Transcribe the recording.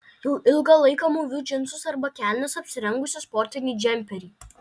jau ilgą laiką mūviu džinsus arba kelnes apsirengusi sportinį džemperį